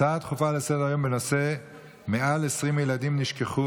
הצעות דחופות לסדר-היום: מעל 20 ילדים נשכחו